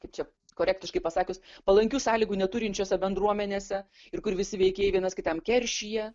kaip čia korektiškai pasakius palankių sąlygų neturinčiose bendruomenėse ir kur visi veikėjai vienas kitam keršija